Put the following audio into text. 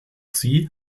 sie